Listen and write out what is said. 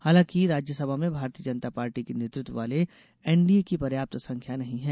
हालांकि राज्यासभा में भारतीय जनता पार्टी के नेतृत्व वाले एनडीए की पर्याप्त संख्या नहीं है